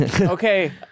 Okay